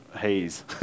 haze